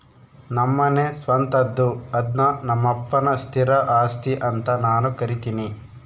ನಮ್ಮನೆ ಸ್ವಂತದ್ದು ಅದ್ನ ನಮ್ಮಪ್ಪನ ಸ್ಥಿರ ಆಸ್ತಿ ಅಂತ ನಾನು ಕರಿತಿನಿ